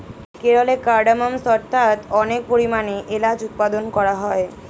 কেরলে কার্ডমমস্ অর্থাৎ অনেক পরিমাণে এলাচ উৎপাদন করা হয়